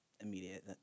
immediate